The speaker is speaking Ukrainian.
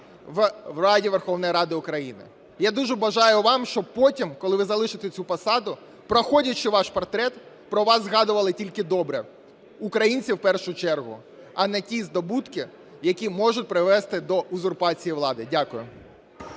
в Раді Верховної Ради України. Я дуже бажаю вам, щоб потім, коли ви залишите цю посаду, проходячи ваш портрет, про вас згадували тільки добре. Українці, в першу чергу, а не ті здобутки, які можуть привести до узурпації влади. Дякую.